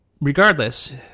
Regardless